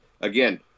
Again